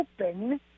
open